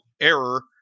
error